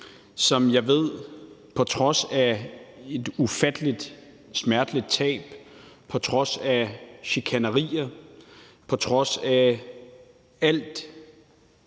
som jeg ved på trods af et ufattelig smerteligt tab, på trods af chikanerier og på trods af alt